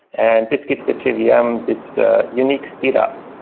and this gives the jvm yeah um this ah unique speedup.